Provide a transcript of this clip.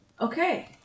okay